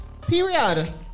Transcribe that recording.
Period